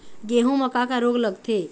गेहूं म का का रोग लगथे?